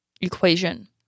equation